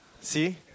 see